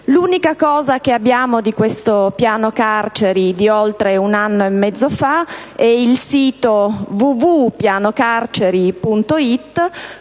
L'unica cosa che abbiamo di questo piano carceri di oltre un anno e mezzo fa è il sito «www.pianocarceri.it»: